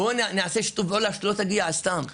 בוא נשתף פעולה, שלא תגיע סתם.